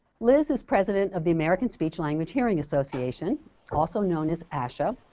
liz is president of the american speech-language-hearing association also known as asha,